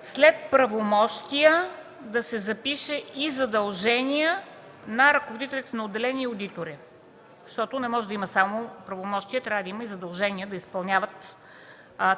след „правомощия” да се запише „и задължения на ръководителите на отделения и одитори”, защото не може да има само правомощия, трябва да има и задължения, за да изпълняват